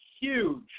huge